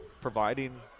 providing